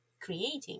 creating